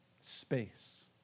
space